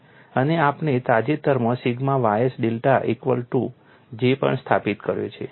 અને આપણે તાજેતરમાં sigma ys delta equal to J પણ સ્થાપિત કર્યો છે